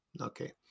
Okay